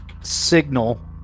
signal